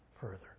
further